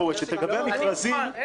זו הערה